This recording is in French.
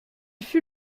fut